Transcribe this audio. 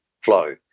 flow